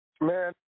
Man